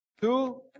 two